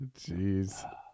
Jeez